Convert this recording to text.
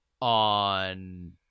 on